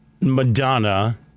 Madonna